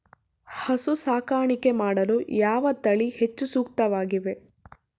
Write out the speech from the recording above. ಹಸು ಸಾಕಾಣಿಕೆ ಮಾಡಲು ಯಾವ ತಳಿ ಹೆಚ್ಚು ಸೂಕ್ತವಾಗಿವೆ?